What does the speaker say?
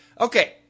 Okay